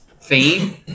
fame